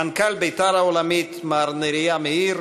מנכ"ל בית"ר העולמית מר נריה מאיר,